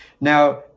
Now